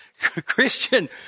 Christian